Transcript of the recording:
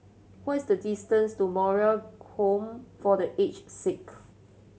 what is the distance to Moral Home for The Aged Sick